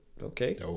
Okay